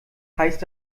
heißt